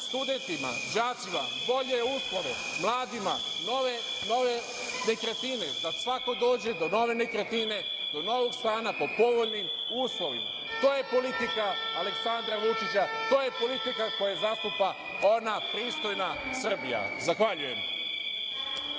studentima, đacima bolje uslove, mladima nove nekretnine i da svako dođe do nove nekretnine, do novog stana po povoljnim uslovima i to je politika Aleksandra Vučića, to je politika koja zastupa, ona pristojna Srbija. Zahvaljujem